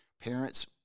parents